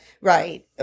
Right